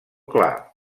clar